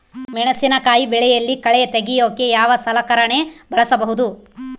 ಮೆಣಸಿನಕಾಯಿ ಬೆಳೆಯಲ್ಲಿ ಕಳೆ ತೆಗಿಯೋಕೆ ಯಾವ ಸಲಕರಣೆ ಬಳಸಬಹುದು?